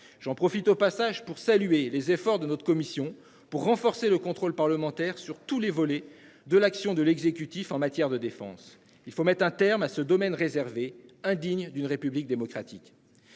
J'en profite au passage pour saluer les efforts de notre commission pour renforcer le contrôle parlementaire sur tous les volets de l'action de l'exécutif en matière de défense, il faut mettre un terme à ce domaine réservé indigne d'une république démocratique.